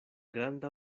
granda